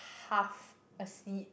half a seed